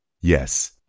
Yes